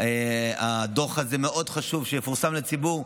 חשוב מאוד שהדוח הזה יפורסם לציבור,